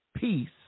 Peace